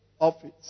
office